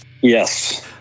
Yes